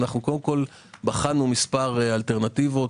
בחנו מספר אלטרנטיבות.